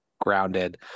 grounded